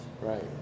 Right